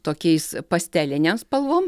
tokiais pastelinėm spalvom